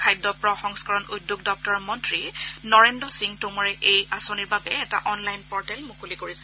খাদ্য প্ৰ সংস্থৰম উদ্যোগ দপ্তৰৰ মন্ত্ৰী নৰেন্দ্ৰ সিং টমৰে এই আঁচনিৰ বাবে এটা অনলাইন পৰ্টেল মুকলি কৰিছে